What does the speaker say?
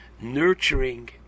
nurturing